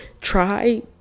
try